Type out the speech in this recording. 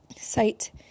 site